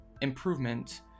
improvement